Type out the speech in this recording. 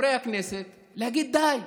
חברי הכנסת להגיד: די.